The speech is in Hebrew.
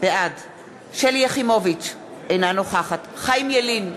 בעד שלי יחימוביץ, אינה נוכחת חיים ילין,